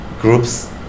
groups